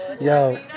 Yo